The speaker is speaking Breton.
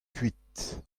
kuit